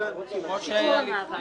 כמו שהיה בעבר.